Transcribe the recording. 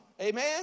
amen